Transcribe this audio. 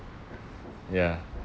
ya